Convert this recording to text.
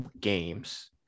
games